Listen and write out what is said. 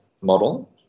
model